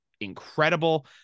incredible